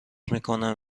میکنم